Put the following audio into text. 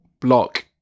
block